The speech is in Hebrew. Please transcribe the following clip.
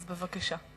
אז בבקשה.